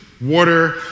water